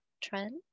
trend